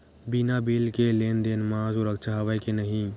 बिना बिल के लेन देन म सुरक्षा हवय के नहीं?